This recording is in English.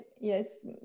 yes